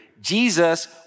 Jesus